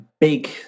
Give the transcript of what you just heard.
big